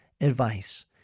advice